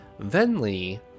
Venli